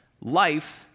Life